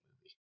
movie